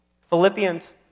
Philippians